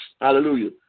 hallelujah